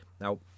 now